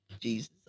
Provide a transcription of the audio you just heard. jesus